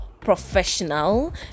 professional